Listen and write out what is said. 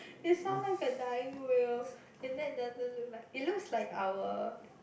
is sound like a dying wheel and then it doesn't look like it looks like our